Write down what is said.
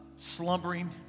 Slumbering